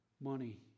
money